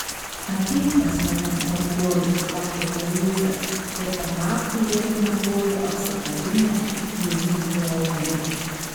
ateik pas mane brangioji pakvietė luisas ir tą naktį jiedu miegojo apsikabinę luiso lovoje